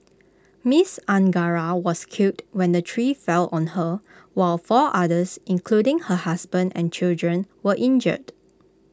miss Angara was killed when the tree fell on her while four others including her husband and children were injured